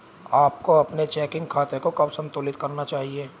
आपको अपने चेकिंग खाते को कब संतुलित करना चाहिए?